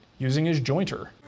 using his jointer.